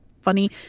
funny